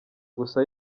gusa